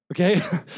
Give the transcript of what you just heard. okay